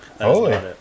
Holy